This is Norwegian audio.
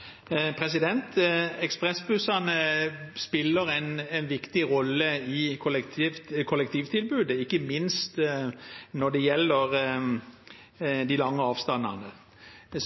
Ekspressbussene spiller en viktig rolle i kollektivtilbudet, ikke minst når det gjelder de lange avstandene.